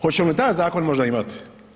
Hoćemo li taj zakon možda imati?